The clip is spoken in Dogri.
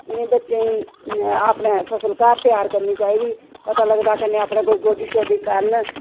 इ'नें बच्चे गी अपने फसल घर त्यार करनी चाहिदी पता लगदा कन्नै अपने कोई गोड्डी शोड्डी करन